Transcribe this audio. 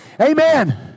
Amen